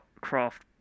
craft